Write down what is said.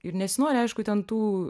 ir nesinori aišku ten tų